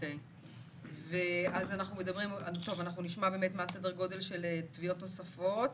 אז אנחנו נשמע מה הסדר גודל של תביעות נוספות.